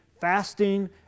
fasting